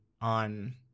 on